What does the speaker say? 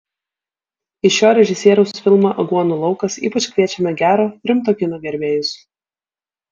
į šio režisieriaus filmą aguonų laukas ypač kviečiame gero rimto kino gerbėjus